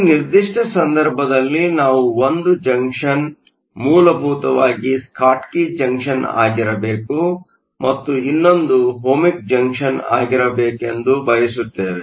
ಈ ನಿರ್ದಿಷ್ಟ ಸಂದರ್ಭದಲ್ಲಿ ನಾವು 1 ಜಂಕ್ಷನ್ ಮೂಲಭೂತವಾಗಿ ಸ್ಕಾಟ್ಕಿ ಜಂಕ್ಷನ್ ಆಗಿರಬೇಕು ಮತ್ತು ಇನ್ನೊಂದು ಓಹ್ಮಿಕ್ ಜಂಕ್ಷನ್ ಆಗಿರಬೇಕೆಂದು ಬಯಸುತ್ತೇವೆ